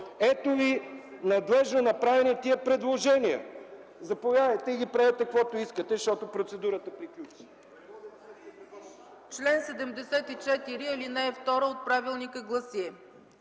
Ето ви надлежно направени тези предложения, заповядайте и ги правете, каквото искате, защото процедурата приключи.